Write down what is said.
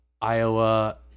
Iowa